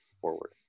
forward